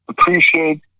appreciate